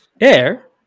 Air